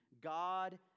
God